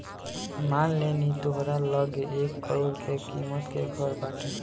मान लेनी तोहरा लगे एक करोड़ के किमत के घर बाटे